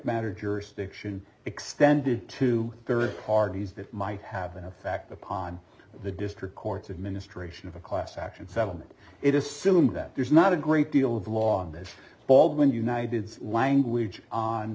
matter jurisdiction extended to third parties that might have an effect upon the district courts administration of a class action settlement it assumed that there's not a great deal of law in this baldwin united's language on